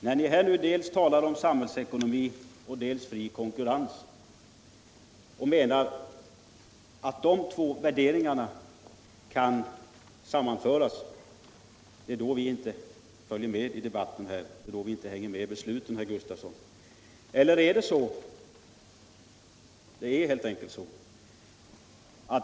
Här talar ni dels om samhällsekonomi, dels om fri konkurrens och menar att de två värderingarna kan sammanföras, men det är då som vi inte följer med i besluten.